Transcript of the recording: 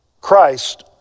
Christ